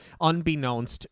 unbeknownst